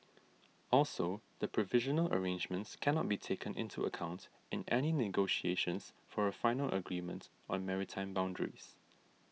also the provisional arrangements cannot be taken into account in any negotiations for a final agreement on maritime boundaries